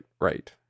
right